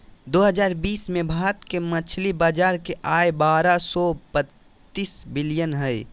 दो हजार बीस में भारत के मछली बाजार के आय बारह सो बतीस बिलियन हइ